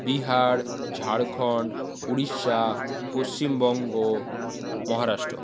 Bihar Jharkhand Orissa Paschimbanga Maharashtra